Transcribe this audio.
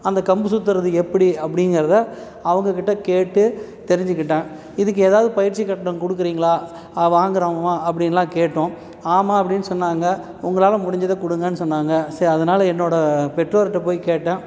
அந்த கம்பு சுற்றுறது எப்படி அப்படிங்கிறத அவங்கக்கிட்ட கேட்டு தெரிஞ்சுக்கிட்டேன் இதுக்கு எதாவது பயிற்சி கட்டணம் கொடுக்குறீங்களா வாங்கறோமா அப்படின்லாம் கேட்டோம் ஆமாம் அப்படின்னு சொன்னாங்க உங்களால் முடிஞ்சதை கொடுங்கன்னு சொன்னாங்க சரி அதனால் என்னோடய பெற்றோர்கிட்ட போய் கேட்டேன்